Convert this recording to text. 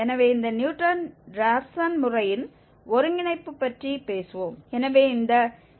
எனவே இந்த Newton Raphson முறையின் ஒருங்கிணைப்பு பற்றி பேசுவோம்